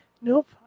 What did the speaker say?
Nope